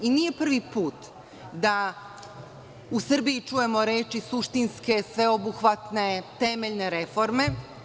Nije prvi put da u Srbiji čujemo reči suštinske, sveobuhvatne temeljne reforme.